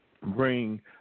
bring